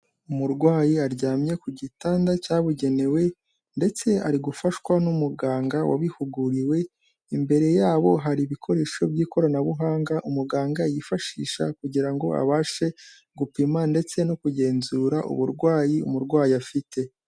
Umurwayi aryamye ku gitanda cyabugenewe ndetse ari gufashwa n'umuganga wabihuguriwe, imbere yabo hari ibikoresho by'ikoranabuhanga umuganga yifashisha mu kugira ngo abashe gupima ndetse no kugenzura uburwayi umurwayi afite.